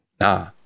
nah